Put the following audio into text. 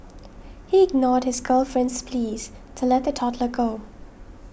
he ignored his girlfriend's pleas to let the toddler go